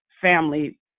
family